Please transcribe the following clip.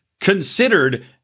considered